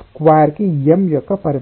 square కి m యొక్క పరిమాణం